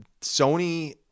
Sony